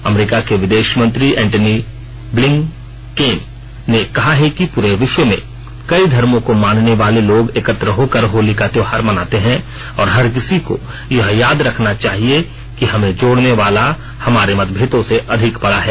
अमरीका के विदेश मंत्री एंटनी ब्लिंकेन ने कहा कि पूरे विश्व में कई धर्मो को मानने वार्ले लोग एकत्र होकर होली का त्योहार मनाते हैं और हर किसी को यह याद रखना चाहिए कि हमें जोड़ने वाला हमारे मतभेदों से अधिक बड़ा है